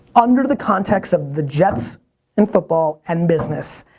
under the context of the jets and football and business,